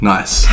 Nice